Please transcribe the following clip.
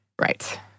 Right